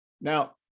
Now